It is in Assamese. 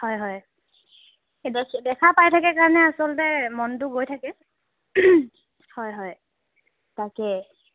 হয় হয় দেখা পায় থাকে কাৰণে আচলতে মনটো গৈ থাকে হয় হয় তাকে